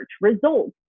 results